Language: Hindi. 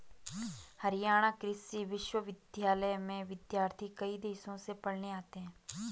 हरियाणा कृषि विश्वविद्यालय में विद्यार्थी कई देशों से पढ़ने आते हैं